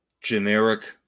generic